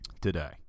today